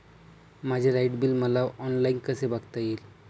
माझे light bill मला online कसे बघता येईल?